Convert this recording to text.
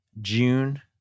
June